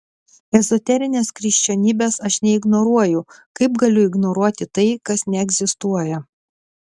ezoterinės krikščionybės aš neignoruoju kaip galiu ignoruoti tai kas neegzistuoja